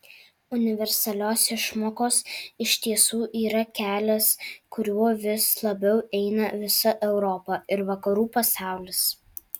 universalios išmokos iš tiesų yra kelias kuriuo vis labiau eina visa europa ir vakarų pasaulis